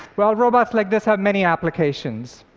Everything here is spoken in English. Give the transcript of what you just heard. well, robots like this have many applications.